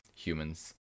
humans